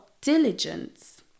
diligence